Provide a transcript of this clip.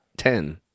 Ten